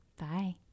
Bye